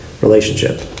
Relationship